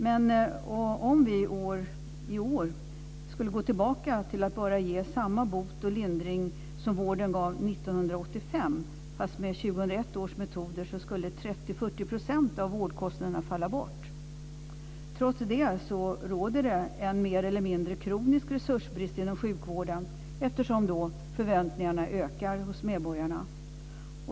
Men om vi i år skulle gå tillbaka till att ge samma bot och lindring som vården gav 1985 men med 2001 års metoder skulle 30-40 % av vårdkostnaderna falla bort. Trots det råder det en mer eller mindre kronisk resursbrist inom sjukvården eftersom förväntningarna ökar hos medborgarna.